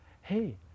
hey